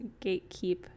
Gatekeep